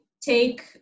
take